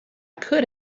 could